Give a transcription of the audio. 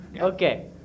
Okay